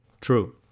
True